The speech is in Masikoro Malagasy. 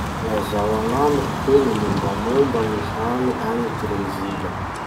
Lazao agnamiko hoe gny mombamomba gny hany agny Brezila?